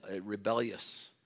rebellious